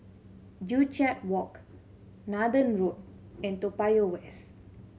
Joo Chiat Walk Nathan Road and Toa Payoh West